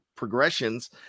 progressions